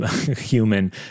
human